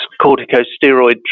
corticosteroid